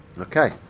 Okay